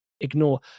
ignore